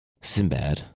Sinbad